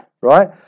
right